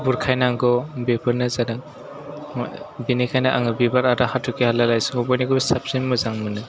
बुरखायनांगौ बिफोरनो जादों बिनिखायनो आङो बिबार आरो हाथरखि हाला लाइसिखौ बयनिख्रुइबो साबसिन मोजां मोनो